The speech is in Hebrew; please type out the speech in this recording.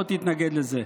לא תתנגד לזה.